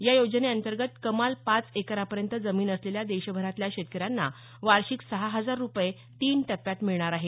या योजनेअंतर्गत कमाल पाच एकरापर्यंत जमीन असलेल्या देशभरातल्या शेतकऱ्यांना वार्षिक सहा हजार रुपये तीन टप्प्यात मिळणार आहेत